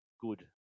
good